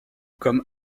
comme